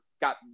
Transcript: got